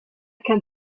can